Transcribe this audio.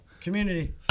Community